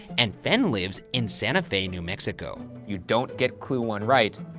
and fenn lives in santa fe, new mexico. you don't get clue one right,